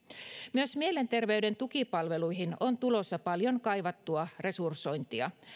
myös mielenterveyden tukipalveluihin on tulossa paljon kaivattua resursointia